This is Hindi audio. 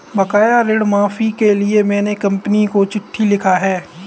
बकाया ऋण माफी के लिए मैने कंपनी को चिट्ठी लिखा है